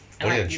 poly 很 chill